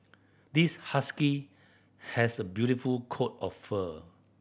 this husky has a beautiful coat of fur